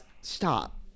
stop